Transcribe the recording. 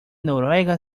noruega